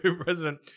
President